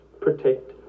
protect